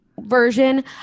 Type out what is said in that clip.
version